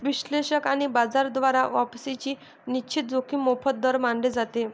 विश्लेषक आणि बाजार द्वारा वापसीची निश्चित जोखीम मोफत दर मानले जाते